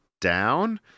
down